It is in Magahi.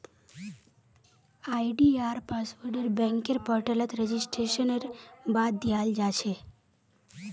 आई.डी.आर पासवर्डके बैंकेर पोर्टलत रेजिस्ट्रेशनेर बाद दयाल जा छेक